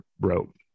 wrote